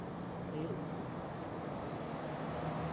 ᱦᱩᱭᱩᱜᱼᱢᱟ ᱛᱚ